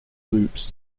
loops